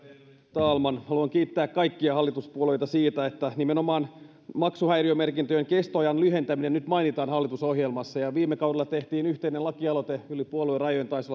talman haluan kiittää kaikkia hallituspuolueita siitä että nimenomaan maksuhäiriömerkintöjen kestoajan lyhentäminen nyt mainitaan hallitusohjelmassa ja viime kaudella tehtiin yhteinen lakialoite yli puoluerajojen taisi